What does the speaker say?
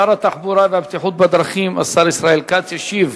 שר התחבורה והבטיחות בדרכים, השר ישראל כץ, ישיב